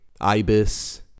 ibis